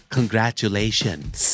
Congratulations